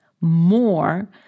more